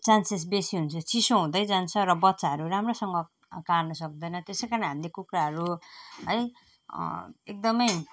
chances बेसी हुन्छ चिसो हुँदै जान्छ र बच्चाहरू राम्रोसँग काड्नु सक्दैन त्यस कारण हामीले कुखुराहरू है एकदम